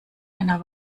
einer